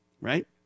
right